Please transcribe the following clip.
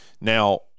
now